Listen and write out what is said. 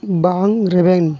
ᱵᱟᱝ ᱨᱮᱵᱮᱱ